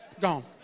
gone